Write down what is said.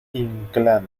inclán